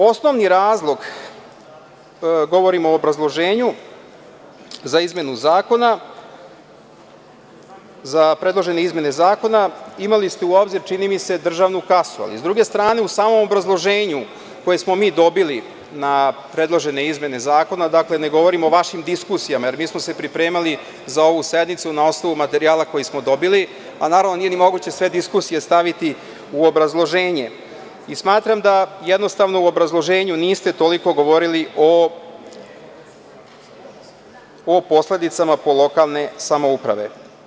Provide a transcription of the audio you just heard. Osnovni razlog, govorim o obrazloženju za predložene izmene zakona, imali ste u obzir, čini mi se, državnu kasu, ali s druge strane u samom obrazloženju koje smo mi dobili na predložene izmene zakona, dakle, ne govorim o vašim diskusijama, jer mi smo se pripremali za ovu sednicu na osnovu materijala koji smo dobili, a naravno nije ni moguće sve diskusije staviti u obrazloženje i smatram da, jednostavno, u obrazloženju niste toliko govorili o posledicama po lokalne samouprave.